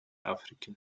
африки